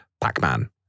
Pac-Man